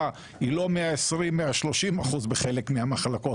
היא לא 120-130 אחוז בחלק מהמחלקות.